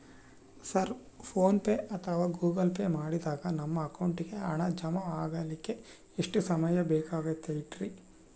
Sir PhonePe ಅಥವಾ Google Pay ಮಾಡಿದಾಗ ನಮ್ಮ ಅಕೌಂಟಿಗೆ ಹಣ ಜಮಾ ಆಗಲಿಕ್ಕೆ ಎಷ್ಟು ಸಮಯ ಬೇಕಾಗತೈತಿ?